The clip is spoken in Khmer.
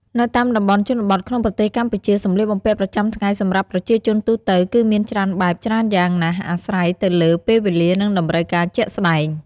នៅតាមតំបន់ជនបទក្នុងប្រទេសកម្ពុជា សម្លៀកបំពាក់ប្រចាំថ្ងៃសម្រាប់ប្រជាជនទូទៅគឺមានច្រើនបែបច្រើនយ៉ាងណាស់អាស្រ័យទៅលើពេលវេលានិងតម្រូវការជាក់ស្ដែង។